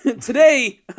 today